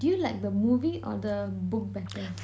do you like the movie or the book better